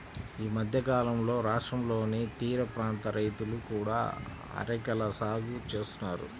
ఈ మధ్యకాలంలో రాష్ట్రంలోని తీరప్రాంత రైతులు కూడా అరెకల సాగు చేస్తున్నారు